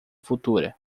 futura